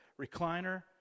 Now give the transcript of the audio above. recliner